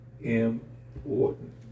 important